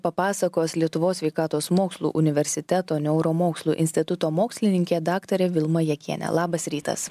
papasakos lietuvos sveikatos mokslų universiteto neuromokslų instituto mokslininkė daktarė vilma jakienė labas rytas